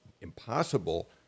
impossible